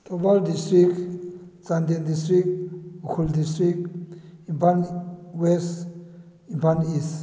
Thoubal district Chandel district Ukhrul district Imphal west Imphal east